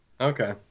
Okay